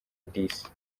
this